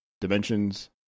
dimensions